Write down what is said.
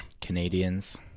Canadians